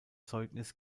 zeugnis